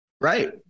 Right